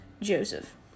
Joseph